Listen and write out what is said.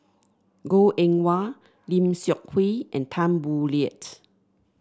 Goh Eng Wah Lim Seok Hui and Tan Boo Liat